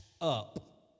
up